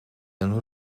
een